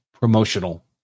promotional